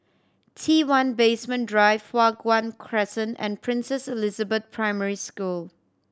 T One Basement Drive Hua Guan Crescent and Princess Elizabeth Primary School